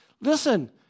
Listen